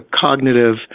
cognitive